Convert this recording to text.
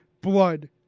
blood